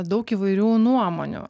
daug įvairių nuomonių